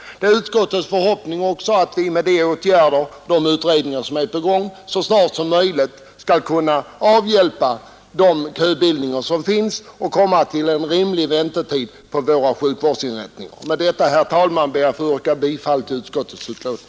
Det finns inom utskottet också en förhoppning om att vi genom de utredningar som är på gång så snart som möjligt skall kunna avhjälpa köbildningen och komma fram till en rimlig väntetid på våra sjukvårdsinrättningar. Med detta, herr talman, ber jag att få yrka bifall till utskottets hemställan.